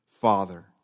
father